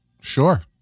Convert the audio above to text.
Sure